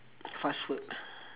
fast food